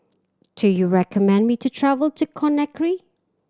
do you recommend me to travel to Conakry